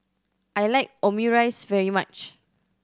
I like Omurice very much